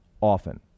often